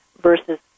versus